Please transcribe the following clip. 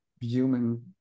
human